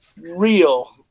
real